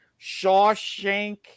Shawshank